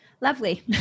Lovely